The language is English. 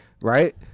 right